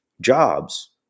Jobs